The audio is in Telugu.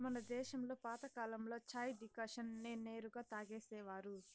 మన దేశంలో పాతకాలంలో చాయ్ డికాషన్ నే నేరుగా తాగేసేవారు